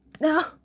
No